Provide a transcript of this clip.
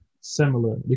similar